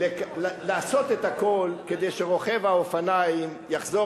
לעשות את הכול כדי שרוכב האופניים יחזור